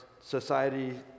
society